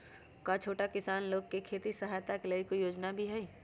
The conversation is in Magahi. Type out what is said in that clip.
का छोटा किसान लोग के खेती सहायता के लगी कोई योजना भी हई?